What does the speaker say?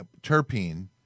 terpene